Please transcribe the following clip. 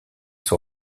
son